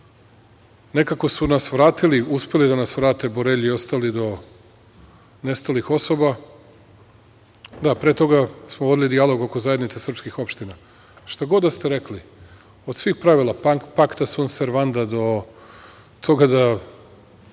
Nekako su uspeli da nas vrate, Borelji i ostali, do nestalih osoba. Da, pre toga smo vodili dijalog oko zajednica srpskih opština. Šta god da ste rekli, od svih pravila, pact sunt servanda, do toga da